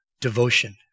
devotion